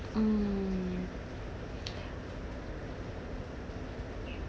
mm